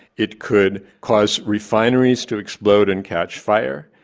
it could cause refineries to explode and catch fire.